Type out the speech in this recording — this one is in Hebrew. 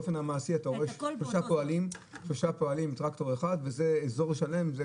באופן מעשי אתה רואה שלושה פועלים טרקטור אחד וזה אזור שלם.